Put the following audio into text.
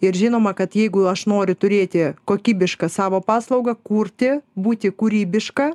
ir žinoma kad jeigu aš noriu turėti kokybišką savo paslaugą kurti būti kūrybiška